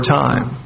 time